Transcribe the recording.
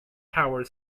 tower